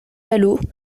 vallaud